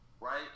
right